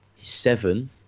seven